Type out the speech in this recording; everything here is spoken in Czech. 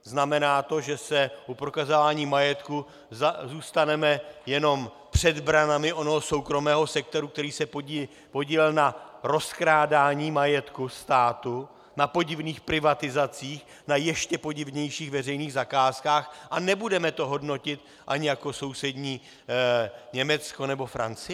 Znamená to, že se u prokazování majetku zůstaneme jenom před branami onoho soukromého sektoru, který se podílel na rozkrádání majetku státu, na podivných privatizacích, na ještě podivnějších veřejných zakázkách a nebudeme to hodnotit ani jako sousední Německo nebo Francie?